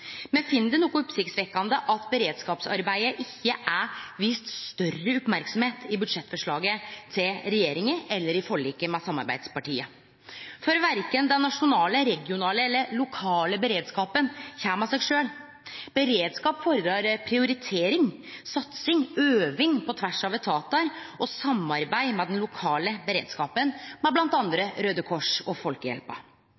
Me finn det noko oppsiktsvekkjande at beredskapsarbeidet ikkje er vist større oppmerksemd i budsjettforslaget til regjeringa eller i forliket med samarbeidspartia. For verken den nasjonale, regionale eller lokale beredskapen kjem av seg sjølv. Beredskap fordrar prioritering, satsing, øving på tvers av etatar og samarbeid med den lokale beredskapen,